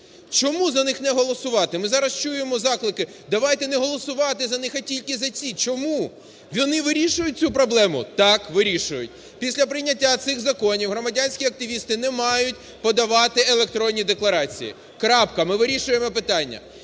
Чому за них не голосувати? Ми зараз чуємо заклики "давайте не голосувати за них, а тільки за ці" – чому? Вони вирішують цю проблему? Так, вирішують. Після прийняття цих законів громадянські активісти не мають подавати електронні декларації. Крапка. Ми вирішуємо питання.